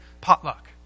potluck